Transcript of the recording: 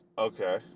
Okay